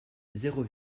zéro